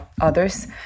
others